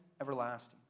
everlasting